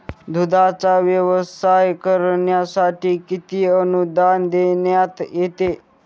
दूधाचा व्यवसाय करण्यासाठी किती अनुदान देण्यात येते?